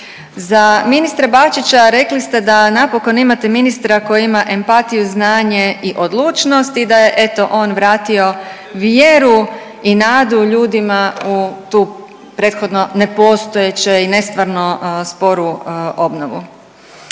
Za ministra Bačića rekli ste da napokon imate ministra koji ima empatiju, znanje i odlučnost i da je eto on vratio vjeru i nadu ljudima u tu prethodno nepostojeće i nestvarno sporu obnovu.